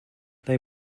they